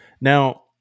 Now